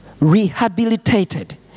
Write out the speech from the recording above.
rehabilitated